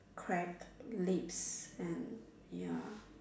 correct lips and ya